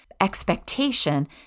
expectation